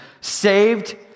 saved